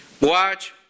Watch